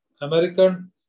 American